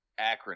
Acronym